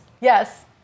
Yes